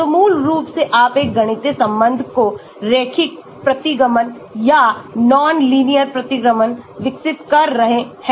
तो मूल रूप से आप एक गणितीय संबंध को रैखिक प्रतिगमन या nonlinear प्रतिगमन विकसित कर रहे हैं